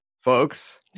folks